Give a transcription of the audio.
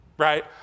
Right